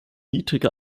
niedrige